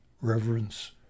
reverence